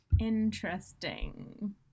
interesting